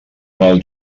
mal